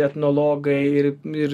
etnologai ir ir